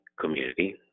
community